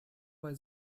bei